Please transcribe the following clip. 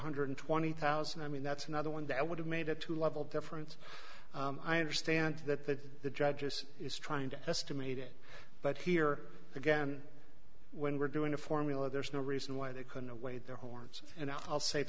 hundred twenty thousand i mean that's another one that would have made it to level difference i understand that the judges is trying to estimate it but here again when we're doing a formula there's no reason why they couldn't await their horns and i'll save